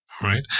right